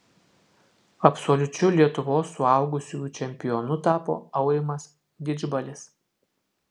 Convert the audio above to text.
absoliučiu lietuvos suaugusiųjų čempionu tapo aurimas didžbalis